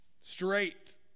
Straight